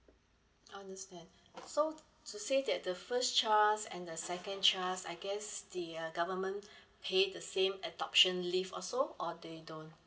understand so to say that the first child and the second child I guess the uh government pay the same adoption leave also or they don't